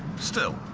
still,